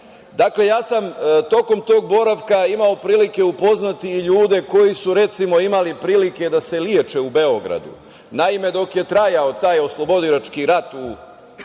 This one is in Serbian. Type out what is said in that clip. ja sam tokom tog boravka imao prilike upoznati ljude koji su recimo imali prilike da se leče u Beogradu. Naime, dok je trajao taj oslobodilački rat u Alžiru